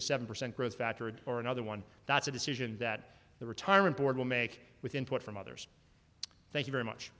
a seven percent growth factor or another one that's a decision that the retirement board will make with input from others thank you very much